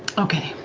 okay.